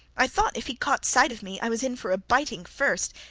i thought if he caught sight of me, i was in for a biting first,